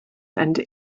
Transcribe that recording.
and